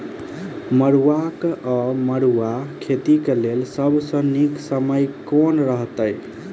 मरुआक वा मड़ुआ खेतीक लेल सब सऽ नीक समय केँ रहतैक?